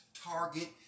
Target